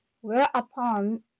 whereupon